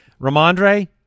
Ramondre